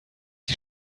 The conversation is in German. die